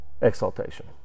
Exaltation